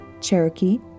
Cherokee